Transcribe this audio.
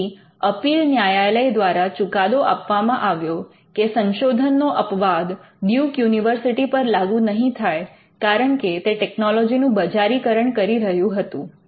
તેથી અપીલ ન્યાયાલય દ્વારા ચુકાદો આપવામાં આવ્યો કે સંશોધનનો અપવાદ ડ્યૂક યુનિવર્સિટી પર લાગુ નહીં થાય કારણકે તે ટેકનોલોજીનું બજારીકરણ કરી રહ્યું હતું